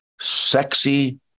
sexy